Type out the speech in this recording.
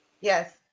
yes